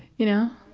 you know?